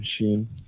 machine